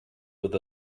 with